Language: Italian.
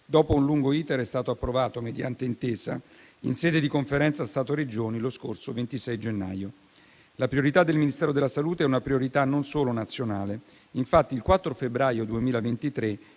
dopo un lungo *iter*, è stato approvato mediante intesa in sede di Conferenza Stato Regioni lo scorso 26 gennaio. La priorità del Ministero della salute è una priorità non solo nazionale e infatti il 4 febbraio 2023